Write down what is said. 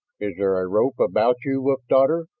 is there a rope about you, wolf daughter?